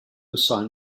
sign